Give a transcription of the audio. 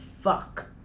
fuck